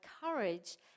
courage